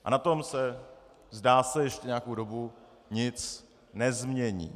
A na tom se, zdá se, ještě nějakou dobu nic nezmění.